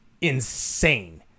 insane